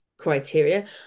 Criteria